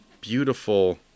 beautiful